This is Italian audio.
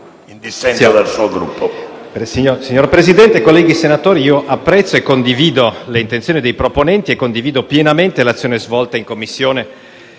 Signor Presidente, colleghi senatori, apprezzo e condivido le intenzioni dei proponenti e condivido pienamente l'azione svolta in Commissione